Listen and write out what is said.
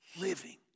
living